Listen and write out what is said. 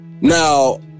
Now